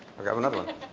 i'll grab another one.